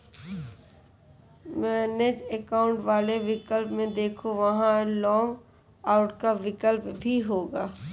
manage account वाले विकल्प में देखो, वहां लॉग आउट का विकल्प भी होगा